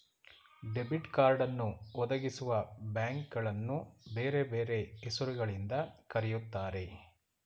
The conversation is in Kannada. ಡೆಬಿಟ್ ಕಾರ್ಡನ್ನು ಒದಗಿಸುವಬ್ಯಾಂಕ್ಗಳನ್ನು ಬೇರೆ ಬೇರೆ ಹೆಸರು ಗಳಿಂದ ಕರೆಯುತ್ತಾರೆ